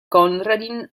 konradin